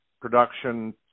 production